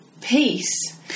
peace